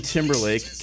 Timberlake